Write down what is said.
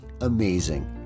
amazing